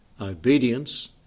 Obedience